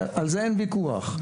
על זה אין ויכוח.